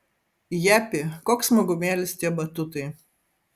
japy koks smagumėlis tie batutai